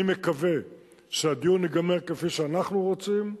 אני מקווה שהדיון ייגמר כפי שאנחנו רוצים,